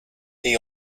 the